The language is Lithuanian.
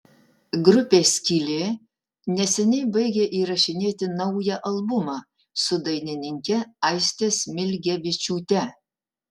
grupė skylė neseniai baigė įrašinėti naują albumą su dainininke aiste smilgevičiūte